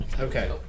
Okay